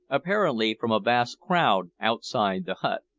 apparently from a vast crowd outside the hut.